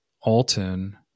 Alton